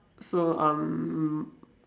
so um